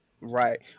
Right